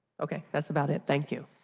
okay. that's about it. thank you.